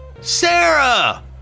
Sarah